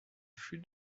flux